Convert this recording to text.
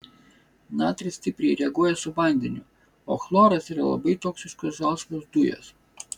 natris stipriai reaguoja su vandeniu o chloras yra labai toksiškos žalsvos dujos